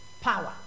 power